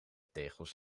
tegels